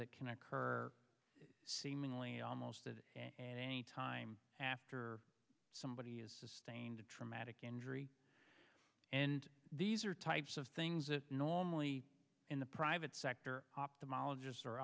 that can occur seemingly almost that any time after somebody is sustained a traumatic injury and these are types of things that normally in the private sector ophthalmologist or